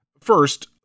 First